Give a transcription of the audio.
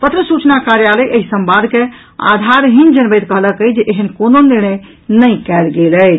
पत्र सूचना कार्यालय एहि संवाद के आधारहीन जनबैत कहलक अछि जे ऐहेन कोनो निर्णय नहि कयल गेल अछि